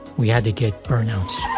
we had to get burnouts,